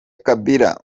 kabila